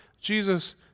Jesus